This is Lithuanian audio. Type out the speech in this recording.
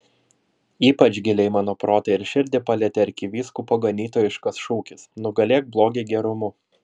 ypač giliai mano protą ir širdį palietė arkivyskupo ganytojiškas šūkis nugalėk blogį gerumu